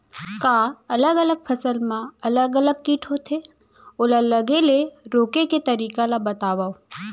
का अलग अलग फसल मा अलग अलग किट होथे, ओला लगे ले रोके के तरीका ला बतावव?